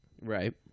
Right